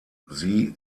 sie